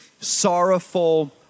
sorrowful